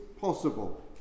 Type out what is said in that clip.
possible